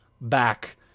back